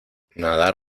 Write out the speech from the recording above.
nadar